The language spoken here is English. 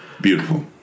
Beautiful